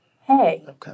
hey